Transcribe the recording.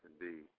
indeed